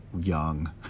young